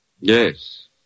Yes